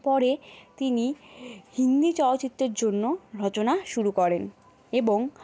পরে তিনি হিন্দি চলচ্চিত্রের জন্য রচনা শুরু করেন এবং